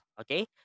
okay